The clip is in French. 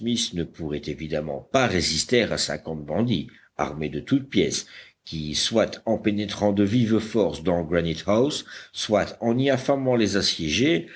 ne pourrait évidemment pas résister à cinquante bandits armés de toutes pièces qui soit en pénétrant de vive force dans granitehouse soit en y affamant les assiégés